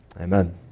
amen